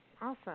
Awesome